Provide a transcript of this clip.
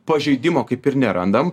pažeidimo kaip ir nerandam